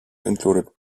included